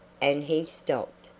and he stopped.